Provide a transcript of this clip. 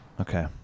okay